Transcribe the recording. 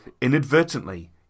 Inadvertently